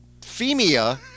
Femia